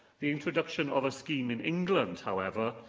the introduction of a scheme in england, however,